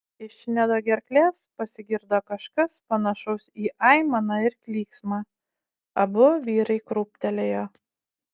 iš nedo gerklės pasigirdo kažkas panašaus į aimaną ir klyksmą abu vyrai krūptelėjo